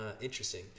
Interesting